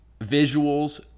visuals